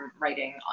writing